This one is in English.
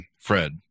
Fred